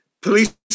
police